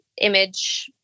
image